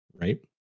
right